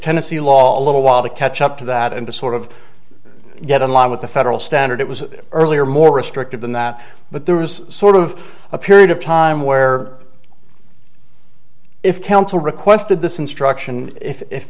tennessee law a little while to catch up to that and to sort of get in line with the federal standard it was earlier more restrictive than that but there was sort of a period of time where if counsel requested this instruction if